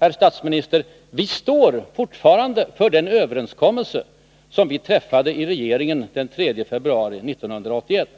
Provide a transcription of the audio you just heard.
Herr statsminister! Vi står fortfarande för den överenskommelse som vi träffade i regeringen den 3 februari 1981.